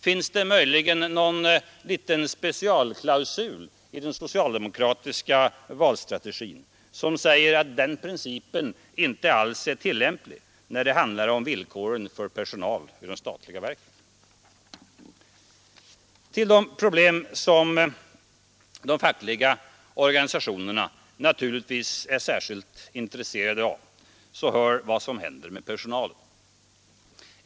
Finns det möjligen någon liten specialklausul i den socialdemokratiska valstrategin som säger att den principen inte alls är tillämplig när det handlar om villkoren för personal vid de statliga verken? Till de problem som de fackliga organisationerna naturligtvis är särskilt intresserade av hör vad som händer med personalen.